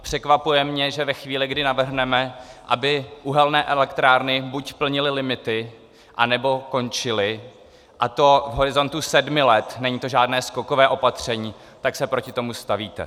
Překvapuje mě, že ve chvíli, kdy navrhneme, aby uhelné elektrárny buď plnily limity, anebo končily, a to v horizontu sedmi let, není to žádné skokové opatření, tak se proti tomu stavíte.